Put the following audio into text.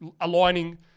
aligning